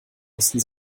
mussten